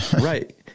right